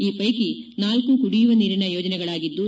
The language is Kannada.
ಈ ಪ್ಲೆಕಿ ನಾಲ್ಲು ಕುಡಿಯುವ ನೀರಿನ ಯೋಜನೆಗಳಾಗಿದ್ದು